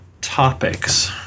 topics